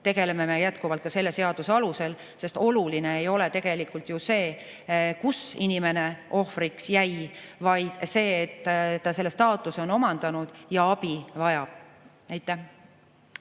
tegeleme me jätkuvalt ka selle seaduse alusel, sest oluline ei ole tegelikult ju see, kus inimene ohvriks jäi, vaid see, et ta selle staatuse on omandanud ja abi vajab. Suur